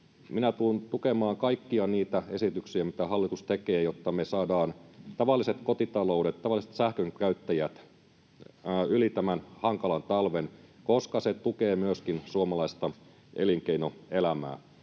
minä tulen tukemaan kaikkia niitä esityksiä, mitä hallitus tekee, jotta me saadaan tavalliset kotitaloudet, tavalliset sähkönkäyttäjät yli tämän hankalan talven, koska se tukee myöskin suomalaista elinkeinoelämää.